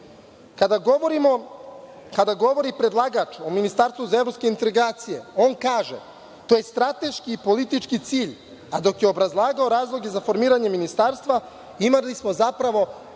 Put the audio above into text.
govori predlagač o Ministarstvu za evropske integracije, on kaže – to je strateški i politički cilj, a dok je obrazlagao razloge za formiranje ministarstva, imali smo zapravo